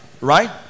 Right